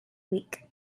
week